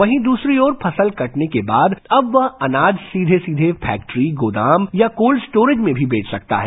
वहीं दूसरी ओर फसल कटने के बाद अब वह अनाज सीधे सीधे फैक्ट्री गोदाम या कोल स्टोरेज में भी बेच सकता है